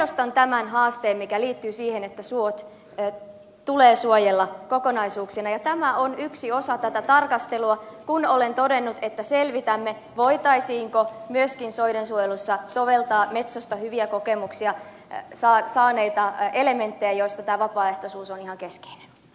tiedostan tämän haasteen mikä liittyy siihen että suot tulee suojella kokonaisuuksina ja tämä on yksi osa tätä tarkastelua kun olen todennut että selvitämme voitaisiinko myöskin soidensuojelussa soveltaa metsosta hyviä kokemuksia saaneita elementtejä joista tämä vapaaehtoisuus on ihan keskeinen